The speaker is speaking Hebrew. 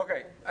אוקיי.